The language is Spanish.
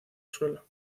suelo